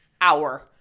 hour